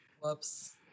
Whoops